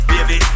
Baby